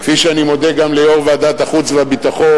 כפי שאני מודה גם ליושב-ראש ועדת החוץ והביטחון,